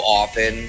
often